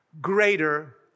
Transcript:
greater